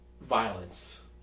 Violence